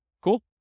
Cool